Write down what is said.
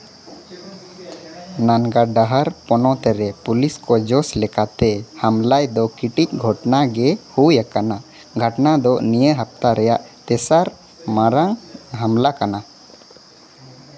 ᱢᱟᱱᱜᱟ ᱰᱟᱦᱟᱨ ᱯᱚᱱᱚᱛ ᱨᱮ ᱯᱩᱞᱤᱥ ᱠᱚ ᱡᱚᱥ ᱞᱮᱠᱟᱛᱮ ᱦᱟᱢᱞᱟᱭ ᱫᱚ ᱠᱮᱴᱮᱡᱽ ᱜᱷᱚᱴᱚᱱᱟ ᱜᱮ ᱦᱩᱭᱟᱠᱟᱱᱟ ᱜᱷᱟᱴᱱᱟ ᱫᱚ ᱱᱤᱭᱟᱹ ᱦᱟᱯᱛᱟ ᱨᱮᱭᱟᱜ ᱛᱮᱥᱟᱨ ᱢᱟᱨᱟᱝ ᱦᱟᱢᱞᱟ ᱠᱟᱱᱟ